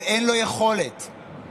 אז היום נחשפו כל המסכות.